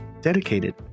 dedicated